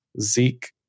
Zeke